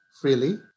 freely